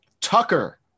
Tucker